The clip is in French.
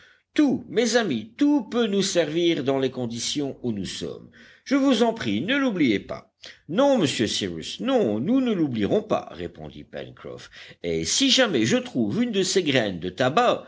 tout mes amis tout peut nous servir dans les conditions où nous sommes je vous en prie ne l'oubliez pas non monsieur cyrus non nous ne l'oublierons pas répondit pencroff et si jamais je trouve une de ces graines de tabac